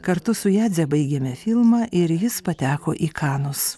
kartu su jadze baigėme filmą ir jis pateko į kanus